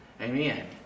Amen